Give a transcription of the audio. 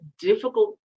difficult